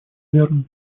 верно